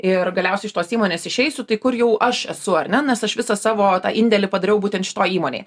ir galiausiai iš tos įmonės išeisiu tai kur jau aš esu ar ne nes aš visą savo tą indėlį padariau būtent šitoj įmonėje